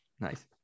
Nice